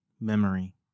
memory